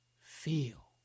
feel